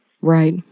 Right